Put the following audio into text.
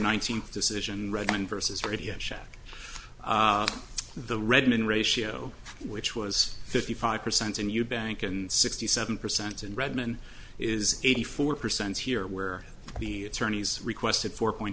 nineteenth decision redmond versus radio shack the redmen ratio which was fifty five percent and you bank and sixty seven percent in redmond is eighty four percent here where the attorneys requested four point